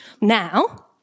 now